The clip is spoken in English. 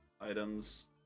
items